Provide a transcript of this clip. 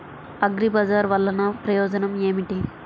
అగ్రిబజార్ వల్లన ప్రయోజనం ఏమిటీ?